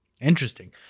interesting